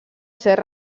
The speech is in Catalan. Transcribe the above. ser